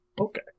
Okay